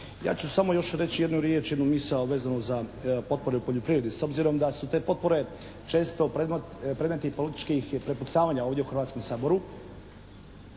Ja ću samo još reći jednu riječ, jednu misao vezano za potpore u poljoprivredi. S obzirom da su te potpore često predmeti političkih prepucavanja ovdje u Hrvatskom saboru